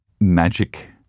magic